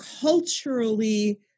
culturally